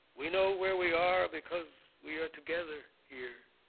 we know where we are because we are together here,